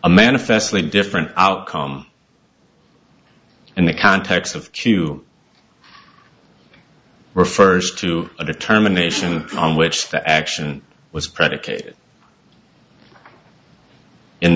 a manifest in different outcome in the context of q refers to a determination on which the action was predicated in